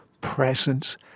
presence